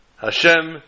Hashem